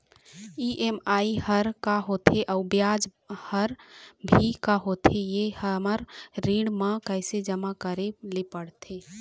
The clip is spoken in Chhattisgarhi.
ई.एम.आई हर का होथे अऊ ब्याज हर भी का होथे ये हर हमर ऋण मा कैसे जमा करे ले पड़ते?